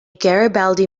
garibaldi